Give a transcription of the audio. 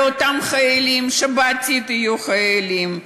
באותם חיילים שבעתיד יהיו חיילים.